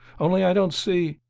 only i don't see